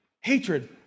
hatred